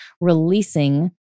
releasing